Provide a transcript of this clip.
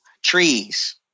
trees